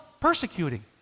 persecuting